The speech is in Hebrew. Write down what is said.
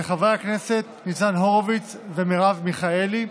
של חברי הכנסת ניצן הורוביץ ומרב מיכאלי.